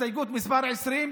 הסתייגות מס' 20,